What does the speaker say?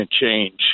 change